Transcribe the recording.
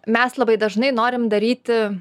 mes labai dažnai norim daryti